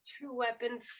two-weapon